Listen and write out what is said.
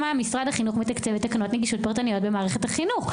משרד החינוך מתקצב את תקנות נגישות פרטנית במערכת החינוך?